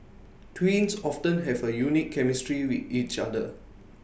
twins often have A unique chemistry with each other